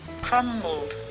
crumbled